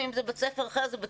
ואם זה בית ספר אחר,